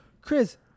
Chris